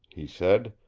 he said.